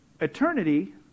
Eternity